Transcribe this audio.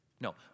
No